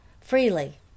freely